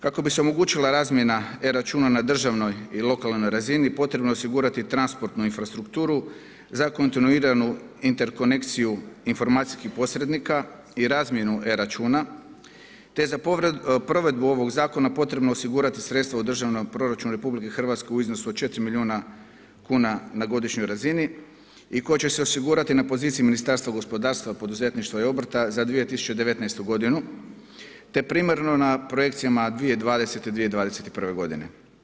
Kako bi se omogućila razmjena e-Računa na državnoj i lokalnoj razini potrebno je osigurati transportnu infrastrukturu za kontinuiranu interkonenciju informacijskih posrednika i razmjenu e-Računa te je za provedbu ovog zakona potrebno osigurati sredstva u državnom proračunu RH u iznosu od 4 milijuna kuna na godišnjoj razini i koja će se osigurati na poziciji Ministarstva gospodarstva, poduzetništva i obrta za 2019. godinu, te primarno na projekcijama 2020.-2021. godine.